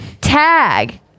tag